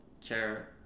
care